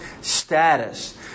status